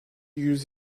yüz